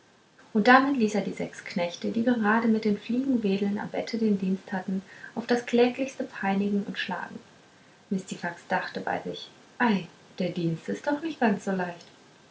und damit ließ er die sechs knechte die grade mit den fliegenwedeln am bette den dienst hatten auf das kläglichste peinigen und schlagen mistifax dachte bei sich ei der dienst ist doch nicht so ganz leicht